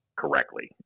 correctly